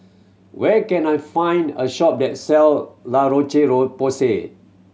where can I find a shop that sell La Roche Porsay